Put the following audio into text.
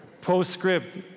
Postscript